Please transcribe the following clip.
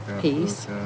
peace